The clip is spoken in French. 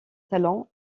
talent